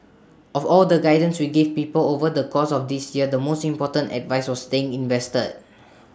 of all the guidance we gave people over the course of this year the most important advice was staying invested